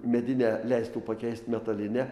medinę leistų pakeist metaline